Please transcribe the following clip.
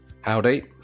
Howdy